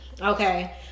okay